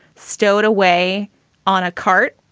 stowed away on a cart,